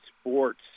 sports